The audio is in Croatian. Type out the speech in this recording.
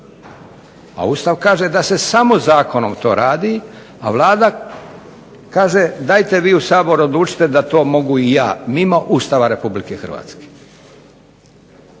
A Ustav kaže da se samo zakonom to radi, a Vlada kaže dajte vi u Saboru odlučite da to mogu i ja, mimo Ustava Republike Hrvatske.